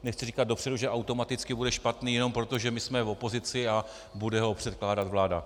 Nechci říkat dopředu, že automaticky bude špatný, jenom proto, že my jsme v opozici a bude ho předkládat vláda.